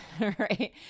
right